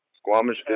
squamish